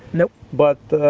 nope. but,